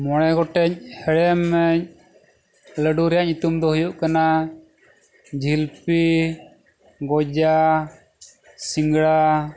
ᱢᱚᱬᱮ ᱜᱚᱴᱮᱱ ᱦᱮᱲᱮᱢ ᱞᱟᱹᱰᱩ ᱨᱮᱭᱟᱜ ᱧᱩᱛᱩᱢ ᱫᱚ ᱦᱩᱭᱩᱜ ᱠᱟᱱᱟ ᱡᱷᱤᱞᱟᱹᱯᱤ ᱜᱚᱡᱟ ᱥᱤᱸᱜᱟᱹᱲᱟ